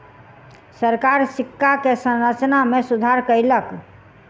सरकार सिक्का के संरचना में सुधार कयलक